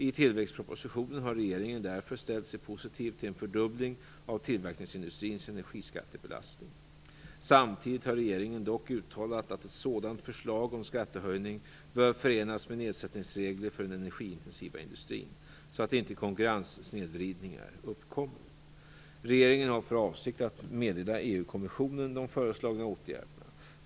I tillväxtpropositionen har regeringen därför ställt sig positiv till en fördubbling av tillverkningsindustrins energiskattebelastning. Samtidigt har regeringen dock uttalat att ett sådant förslag om skattehöjning bör förenas med nedsättningsregler för den energiintensiva industrin, så att konkurrenssnedvridningar inte uppkommer. Regeringen har för avsikt att meddela EU kommissionen de föreslagna åtgärderna.